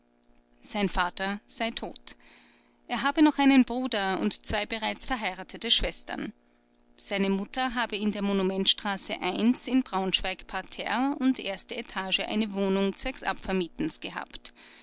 sein vater sei tot er habe noch einen bruder und zwei bereits verheiratete schwestern seine mutter habe in der monumentstraße in braunschweig parterre und erste etage eine wohnung zwecks abvermietens gehabt